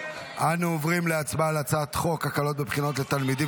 אנו עוברים להצבעה על הצעת חוק הקלות בבחינות לתלמידים